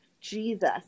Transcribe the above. Jesus